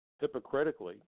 hypocritically